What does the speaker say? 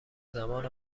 زمان